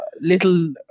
Little